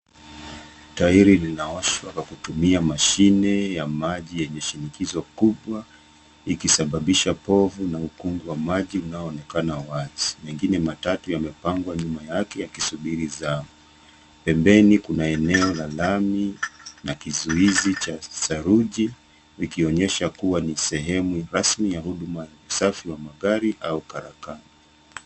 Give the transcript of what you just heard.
Tairi linaoshwa kwa kutumia mashine ya maji yenye shinikizo kubwa ikisababisha povu na ukumbi wa maji unaoonekana wazi. Mengine matatu yamepangwa nyuma yake yakisubiri zamu. Pembeni kuna eneo la lami na kizuizi cha saruji likionyesha kuwa ni sehemu rasmi ya huduma ya usafi wa magari au karakana.